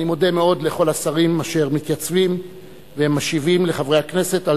אני מודה מאוד לכל השרים אשר מתייצבים ומשיבים לחברי הכנסת על